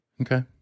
Okay